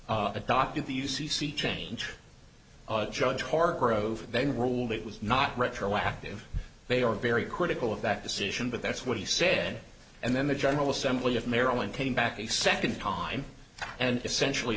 adopted the u c c change judge hargrove they ruled it was not retroactive they are very critical of that decision but that's what he said and then the general assembly of maryland came back a second time and essentially